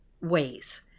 ways